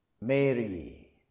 Mary